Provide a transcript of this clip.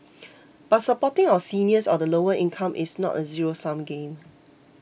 but supporting our seniors or the lower income is not a zero sum game